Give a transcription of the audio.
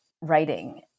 writing